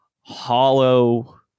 hollow